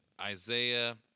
Isaiah